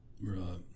Right